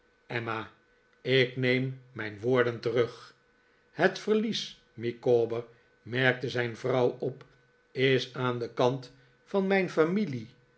emma ik neem mijn woorden terug het verlies micawber merkte zijn vrouw op is aan den kant van mijn familie